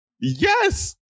Yes